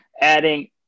adding